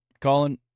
Colin